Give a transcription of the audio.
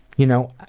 you know,